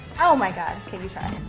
oh my god. can you try?